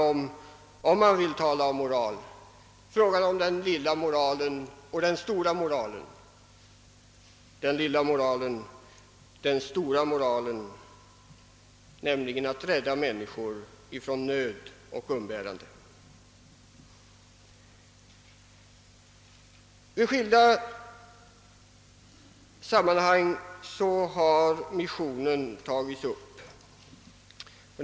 Ifall man vill tala om moral i detta sammanhang kan man här tala om den lilla moralen och den stora moralen, nämligen den att rädda människor från nöd och umbäranden. I skilda sammanhang har missionen tagits upp i debatten.